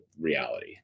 reality